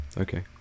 Okay